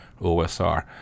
OSR